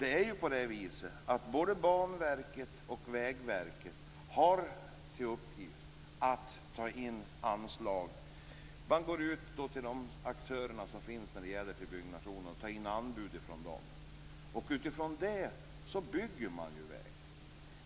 Det är ju på det viset att både Banverket och Vägverket har till uppgift att ta in anslagen. Man går ut till de aktörer som finns när det gäller byggnation och tar in anbud från dem. Utifrån det bygger man väg.